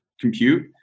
compute